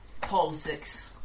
politics